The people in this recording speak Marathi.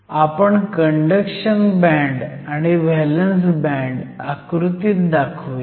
आपण कंडक्शन बँड आणि व्हॅलंस बँड आकृतीत दाखवुयात